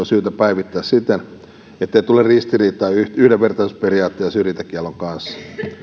syytä päivittää siten ettei tule ristiriitaa yhdenvertaisuusperiaatteen ja syrjintäkiellon kanssa